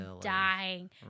dying